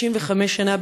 65 שנה,